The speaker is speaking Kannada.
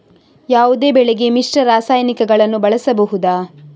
ಯಾವುದೇ ಬೆಳೆಗೆ ಮಿಶ್ರ ರಾಸಾಯನಿಕಗಳನ್ನು ಬಳಸಬಹುದಾ?